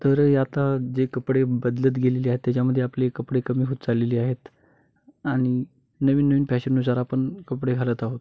तर हे आता जे कपडे बदलत गेलेले आहेत त्याच्यामध्ये आपले कपडे कमी होत चाललेली आहेत आणि नवीन नवीन फॅशननुसार आपण कपडे घालत आहोत